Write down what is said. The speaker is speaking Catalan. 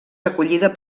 recollida